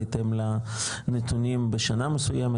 בהתאם לנתונים בשנה מסוימת,